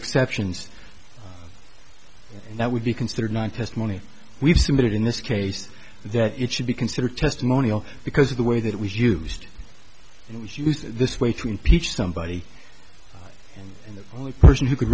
exceptions and that would be considered one testimony we've submitted in this case that it should be considered testimonial because of the way that it was used and it was used this way to impeach somebody in the only person who could